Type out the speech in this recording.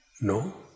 No